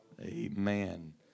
Amen